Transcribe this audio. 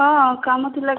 ହଁ କାମ ଥିଲା